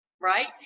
right